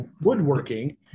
woodworking